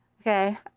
Okay